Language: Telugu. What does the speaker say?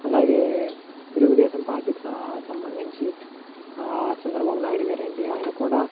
అలాగే తెలుగుదేశం పార్టీకి సంబంధించి ఆ చంద్రబాబునాయుడు గారు అండి ఆయన కూడా